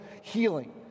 healing